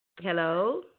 Hello